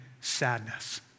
sadness